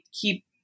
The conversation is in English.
keep